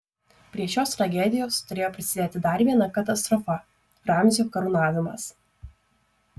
prie šios tragedijos turėjo prisidėti dar viena katastrofa ramzio karūnavimas